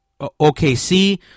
OKC